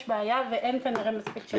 יש בעיה ואין כנראה מספיק רופאים.